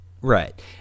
right